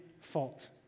fault